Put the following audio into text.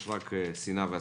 יש רק שנאה והסתה.